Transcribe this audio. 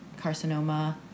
carcinoma